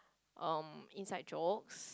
um inside jokes